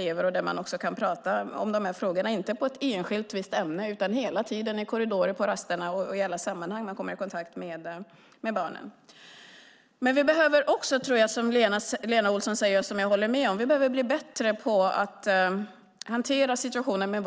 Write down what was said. Det är också viktigt att man kan prata om de här frågorna inte bara i ett enskilt ämne utan hela tiden i korridorer, på raster och i alla sammanhang där man kommer i kontakt med barnen. Jag håller också med om det Lena Olsson säger om att vi behöver bli bättre på att hantera situationen där